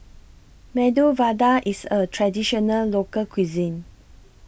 Medu Vada IS A Traditional Local Cuisine